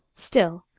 still,